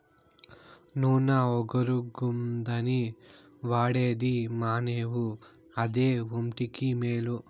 నూన ఒగరుగుందని వాడేది మానేవు అదే ఒంటికి మేలు